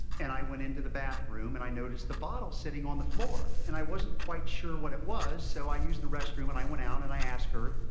and i went into the bathroom and i noticed a bottle sitting on the floor. and i wasn't quite sure what it was, so i used the restroom and i went out and i ask her,